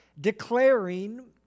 declaring